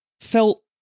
felt